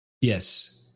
Yes